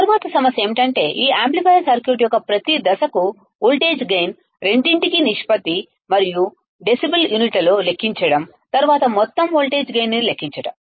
తరువాతి సమస్య ఏమిటంటే ఈ యాంప్లిఫైయర్ సర్క్యూట్ యొక్క ప్రతి దశకు వోల్టేజ్ గైన్ రెండింటికీ నిష్పత్తి మరియు డెసిబెల్ యూనిట్లలో లెక్కించడం తరువాత మొత్తం వోల్టేజ్ గైన్లను లెక్కించడం